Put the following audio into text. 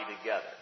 together